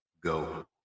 go